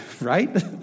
right